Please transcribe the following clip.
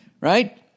Right